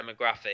demographic